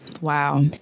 Wow